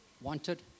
wanted